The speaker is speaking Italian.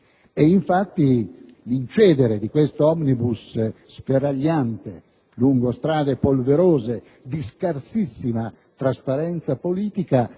Infatti, l'incedere di questo *omnibus* sferragliante, lungo strade polverose, di scarsissima trasparenza politica,